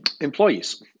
employees